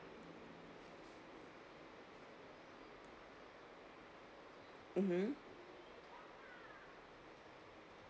mmhmm